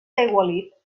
aigualit